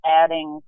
adding